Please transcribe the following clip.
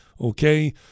Okay